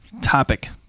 topic